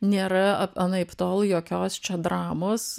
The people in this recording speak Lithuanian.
nėra anaiptol jokios čia dramos